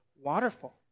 waterfall